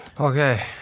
okay